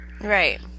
Right